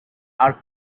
are